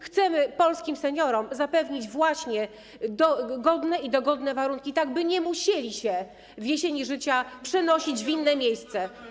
Chcemy polskim seniorom zapewnić właśnie godne i dogodne warunki, tak by nie musieli się w jesieni życia przenosić w inne miejsce.